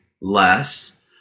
less